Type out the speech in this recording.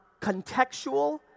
contextual